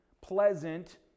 pleasant